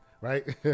right